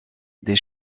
des